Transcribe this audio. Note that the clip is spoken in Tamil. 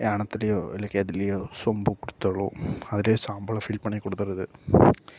ஏனத்துலயோ இல்லை எதுலயோ சொம்பு கொடுத்தாலோ அதுல சாம்பல ஃபில் பண்ணி கொடுத்துருது